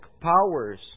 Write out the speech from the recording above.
powers